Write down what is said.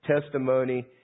testimony